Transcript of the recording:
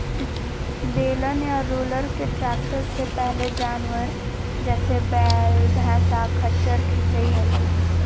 बेलन या रोलर के ट्रैक्टर से पहले जानवर, जैसे वैल, भैंसा, खच्चर खीचई हलई